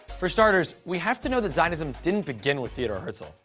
for starters, we have to know that zionism didn't begin with theodor herzl.